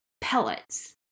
pellets